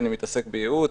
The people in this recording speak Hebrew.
אני מתעסק בייעוץ,